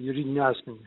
juridinį asmenį